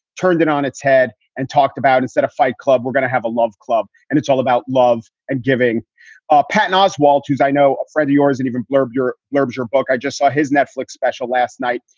turned it on its head and talked about instead of fight club, we're gonna have a love club. and it's all about love and giving our patent oswal to i know a friend of yours and even blurbed your mirvs your book. i just saw his netflix special last night.